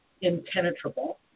impenetrable